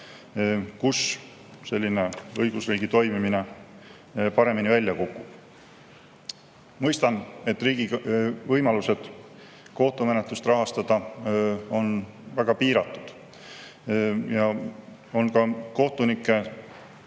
kus selline õigusriigi toimimine paremini välja kukub. Mõistan, et riigi võimalused kohtumenetlust rahastada on väga piiratud. Ja ka kohtunike